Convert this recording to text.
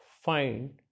find